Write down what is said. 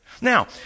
Now